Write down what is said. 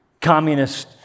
Communist